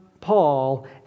Paul